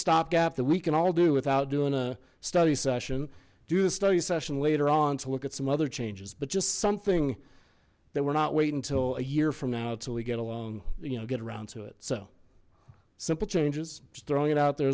stopgap that we can all do without doing a study session do the study session later on to look at some other changes but just something that we're not wait until a year from now until we get alone you know get around to it so simple changes just throwing it out there